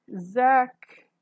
Zach